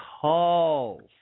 calls